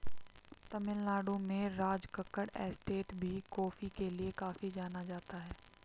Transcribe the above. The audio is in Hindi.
तमिल नाडु में राजकक्कड़ एस्टेट भी कॉफी के लिए काफी जाना जाता है